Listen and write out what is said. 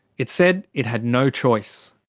it said it had no choice.